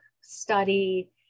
study